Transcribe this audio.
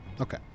Okay